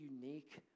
unique